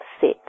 sit